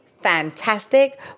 fantastic